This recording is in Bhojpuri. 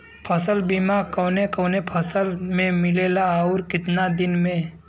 फ़सल बीमा कवने कवने फसल में मिलेला अउर कितना दिन में?